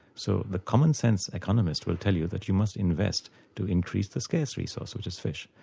so the commonsense economist will tell you that you must invest to increase the scarce resource, which is fish.